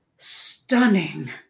Stunning